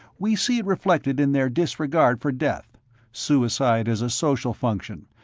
we see it reflected in their disregard for death suicide as a social function,